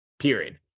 period